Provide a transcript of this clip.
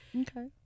Okay